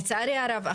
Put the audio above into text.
לצערי הרב,